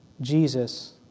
Jesus